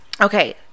Okay